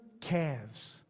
calves